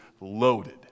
loaded